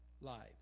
lives